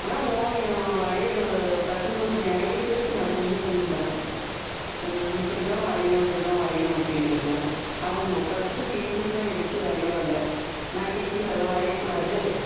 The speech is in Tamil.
ஆனால் ஓவியம் வரைகிற பசங்களுக்கு நிறைய பேருக்கு நான் சொல்லி தந்துணுருக்கிறேன் இப்படி தான் வரையணும் இப்படி தான் வரையணும் அப்படின்டுன்னு அவங்க ஃபர்ஸ்ட்டு ஸ்கெட்ச்சில் தான் எடுத்து வரைவாங்க நான் கெட்ச்சிலெலாம் வரைய கூடாது